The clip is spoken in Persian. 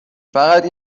فقط